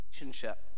relationship